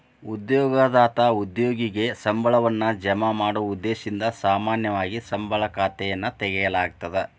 ಉದ್ಯೋಗದಾತ ಉದ್ಯೋಗಿಗೆ ಸಂಬಳವನ್ನ ಜಮಾ ಮಾಡೊ ಉದ್ದೇಶದಿಂದ ಸಾಮಾನ್ಯವಾಗಿ ಸಂಬಳ ಖಾತೆಯನ್ನ ತೆರೆಯಲಾಗ್ತದ